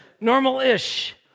Normal-ish